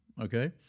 okay